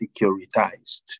securitized